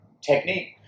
technique